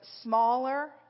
smaller